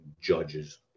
Judges